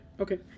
okay